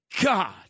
God